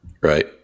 Right